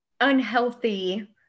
unhealthy